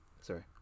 Sorry